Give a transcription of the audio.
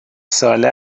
ساله